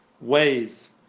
ways